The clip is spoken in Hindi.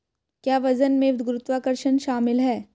क्या वजन में गुरुत्वाकर्षण शामिल है?